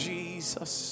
Jesus